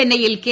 ചെന്നൈയിൽ കെ